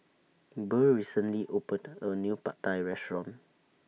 Burr recently opened A New Pad Thai Restaurant